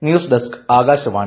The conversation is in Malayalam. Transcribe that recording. new desk Akashvani